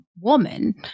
woman